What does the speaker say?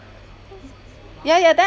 ya ya then I